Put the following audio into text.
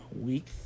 week